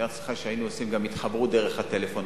תאר לעצמך שהיינו עושים גם התחברות דרך הטלפון.